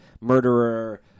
murderer